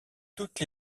toutes